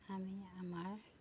আমি আমাৰ